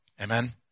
Amen